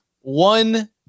one-